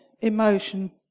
emotion